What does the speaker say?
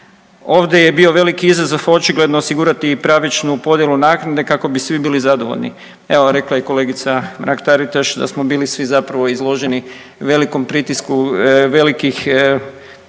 Ovdje je bio veliki izazov očigledno osigurati i pravičnu podjelu naknade kako bi svi bili zadovoljni. Evo rekla je i kolegica Mrak-Taritaš da smo bili svi zapravo izloženi velikom pritisku velikih